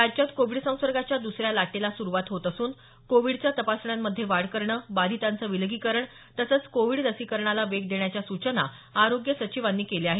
राज्यात कोविड संसर्गाच्या द्सऱ्या लाटेला सुरुवात होत असून कोविडच्या तपासण्यांमध्ये वाढ करणं बाधितांचं विलगीकरण तसंच कोविड लसीकरणाला वेग देण्याच्या सूचना आरोग्य सचिवांनी केल्या आहेत